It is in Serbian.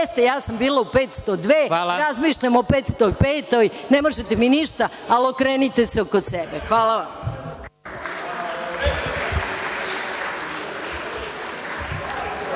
ja sam bila u 502, razmišljam o 505, ne možete mi ništa, ali okrenite se oko sebe. Hvala.